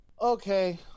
Okay